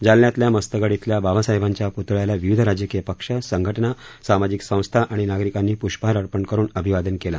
जालन्यातल्या मस्तगड इथल्या बाबासाहेबांच्या प्तळ्याला विविध राजकीय पक्ष संघटना सामाजिक संस्था आणि नागरिकांनी पृष्पहार अर्पण करून अभिवादन केलं